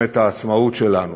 במלחמת העצמאות שלנו,